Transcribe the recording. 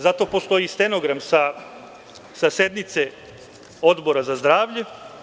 Za to postoji i stenogram sa sednice Odbora za zdravlje.